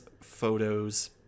photos